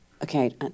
Okay